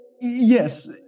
Yes